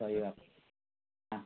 നമുക്കറിയാം ആ